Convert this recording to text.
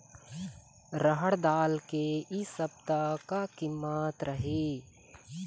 रहड़ दाल के इ सप्ता का कीमत रही?